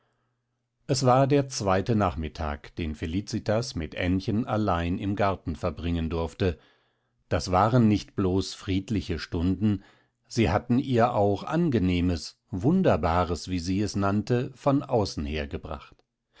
es war der zweite nachmittag den felicitas mit aennchen allein im garten verbringen durfte das waren nicht bloß friedliche stunden sie hatten ihr auch angenehmes wunderbares wie sie es nannte von außen her gebracht